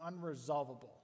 unresolvable